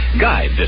guide